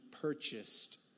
purchased